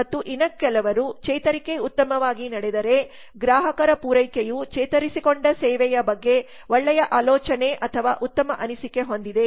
ಮತ್ತು ಇನ್ನೂ ಕೆಲವರು ಚೇತರಿಕೆ ಉತ್ತಮವಾಗಿ ನಡೆದರೆ ಗ್ರಾಹಕರ ಪೂರೈಕೆಯು ಚೇತರಿಸಿಕೊಂಡ ಸೇವೆಯ ಬಗ್ಗೆ ಒಳ್ಳೆಯ ಆಲೋಚನೆ ಅಥವಾ ಉತ್ತಮ ಅನಿಸಿಕೆ ಹೊಂದಿದೆ